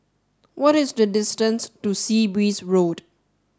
what is the distance to Sea Breeze Road